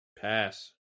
Pass